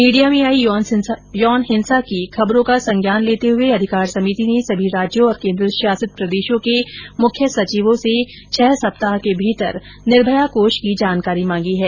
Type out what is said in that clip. media में आई यौन हिंसा की खबरों का संज्ञान लेते हए अधिकार समिति ने समी राज्यों और केंद्रशासित प्रदेशों के मुख्य सचिवों से छह सप्ताह के भीतर निर्भया कोष की जानकारी मांगी है